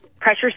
pressure